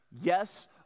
Yes